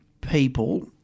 people